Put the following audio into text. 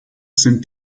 sind